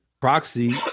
proxy